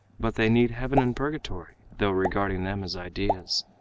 but they need heaven and purgatory though regarding them as ideas.